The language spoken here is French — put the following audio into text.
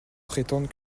prétendent